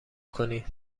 کنی